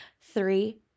Three